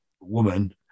woman